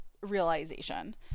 realization